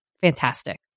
fantastic